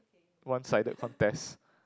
one sided contest